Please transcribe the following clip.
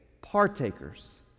partakers